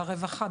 ברווחה,